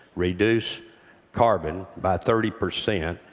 reduce carbon by thirty percent,